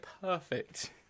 Perfect